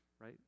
Right